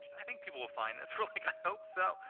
i think people will find this. we're like, like i hope so.